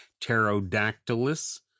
pterodactylus